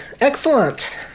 Excellent